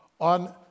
on